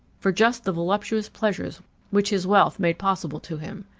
for just the voluptuous pleasures which his wealth made possible to him.